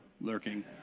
lurking